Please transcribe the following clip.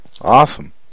Awesome